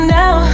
now